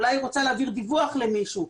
אולי היא רוצה להעביר דיווח למישהו.